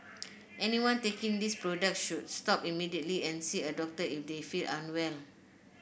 anyone taking these products should stop immediately and see a doctor if they feel unwell